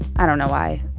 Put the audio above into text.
i don't know why.